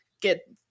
get